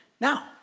Now